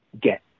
get